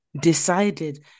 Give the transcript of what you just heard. decided